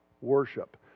worship